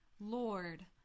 Lord